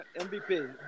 MVP